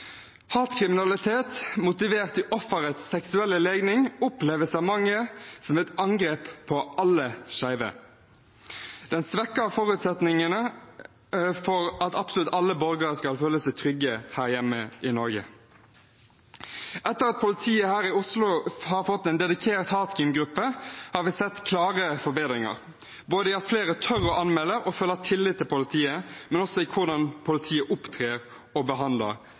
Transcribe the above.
Hatkriminalitet motivert i offerets seksuelle legning oppleves av mange som et angrep på alle skeive. Det svekker forutsetningene for at absolutt alle borgere skal føle seg trygge her hjemme i Norge. Etter at politiet her i Oslo fikk en dedikert hatkrimgruppe, har vi sett klare forbedringer, både gjennom at flere tør å anmelde og føler tillit til politiet, og også i hvordan politiet opptrer og behandler